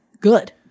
good